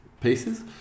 pieces